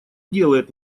делает